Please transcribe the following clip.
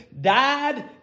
died